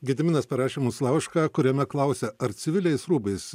gediminas parašė mums laišką kuriame klausia ar civiliais rūbais